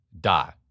die